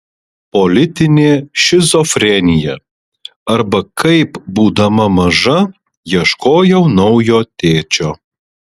politinė šizofrenija arba kaip būdama maža ieškojau naujo tėčio